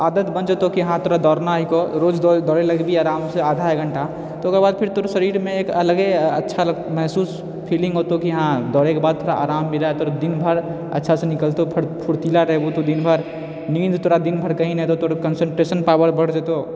आदत बनि जेतौं की हाँ तोरा दौड़ना रोज दौड़ै लए जेबही आरामसँ आधा एक घण्टा तऽ ओकर बाद फेर तोहर शरीरमे एक अलगे अच्छा महसूस फीलिंग औतौ की हाँ दोड़ैके बाद थोड़ा आराम मिलै होतै दिन भरि अच्छासँ निकलतौं फूर्तिला रहबू तों दिन भरि नींद तोरा दिन भरि कहीं नहि अऔतो तोरो कॉन्सेंट्रेशन पावर बढ़ि जेतौं